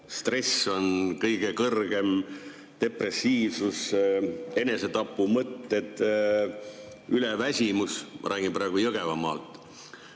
Stress on kõige kõrgem, depressiivsus, enesetapumõtted, üleväsimus. Ma räägin praegu Jõgevamaast.